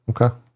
Okay